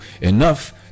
enough